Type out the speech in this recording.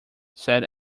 said